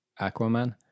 Aquaman